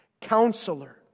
Counselor